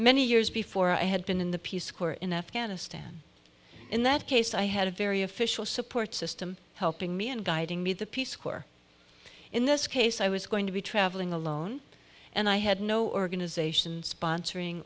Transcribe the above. many years before i had been in the peace corps in afghanistan in that case i had a very official support system helping me and guiding me the peace corps in this case i was going to be traveling alone and i had no organization sponsoring